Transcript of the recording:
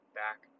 back